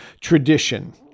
tradition